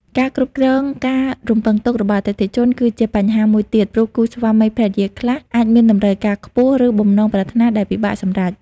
ការ គ្រប់គ្រងការរំពឹងទុករបស់អតិថិជន គឺជាបញ្ហាមួយទៀត ព្រោះគូស្វាមីភរិយាខ្លះអាចមានតម្រូវការខ្ពស់ ឬបំណងប្រាថ្នាដែលពិបាកសម្រេច។